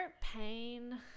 pain